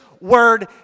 Word